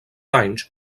anys